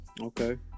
okay